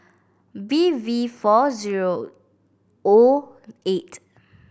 B V four zero O eight